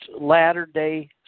Latter-day